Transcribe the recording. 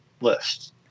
list